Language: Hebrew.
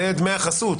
זה דמי החסות.